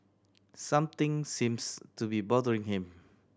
something seems to be bothering him